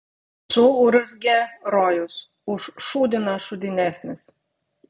suurzgė rojus už šūdiną šūdinesnis